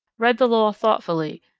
read the law thoughtfully,